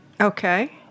Okay